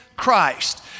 Christ